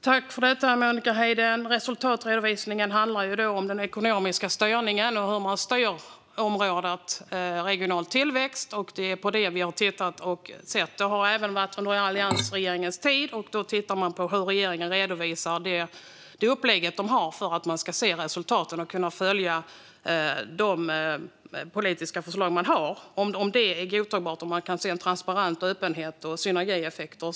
Fru talman! Tack, Monica Haider! Resultatredovisningen handlar om den ekonomiska styrningen och hur man styr området regional tillväxt. Det är detta vi har tittat på, även under alliansregeringens tid. Man tittar på hur regeringen redovisar sitt upplägg för att se resultat och följa de politiska förslagen - om det är godtagbart och man kan se transparens, öppenhet och synergieffekter.